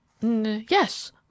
Yes